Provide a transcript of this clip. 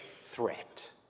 threat